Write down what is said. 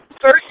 first